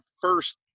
first